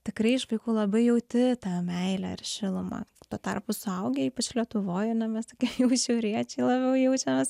tikrai iš vaikų labai jauti tą meilę ir šilumą tuo tarpu suaugę ypač lietuvoj nu mes tokie jau šiauriečiai labiau jaučiamės